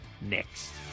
Next